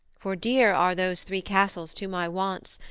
for dear are those three castles to my wants,